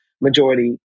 majority